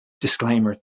Disclaimer